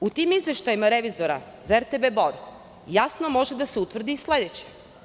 U tim izveštajima revizora za RTB Bor jasno može da se utvrdi sledeće.